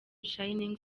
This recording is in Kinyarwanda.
shinning